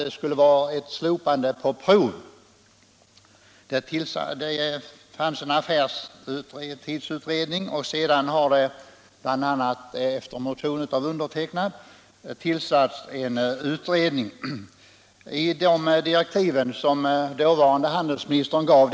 Det var motiverat av en alltför frikostig dispensgivning, vilken gjort att lagen urholkats.